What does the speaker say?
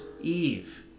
Eve